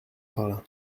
parla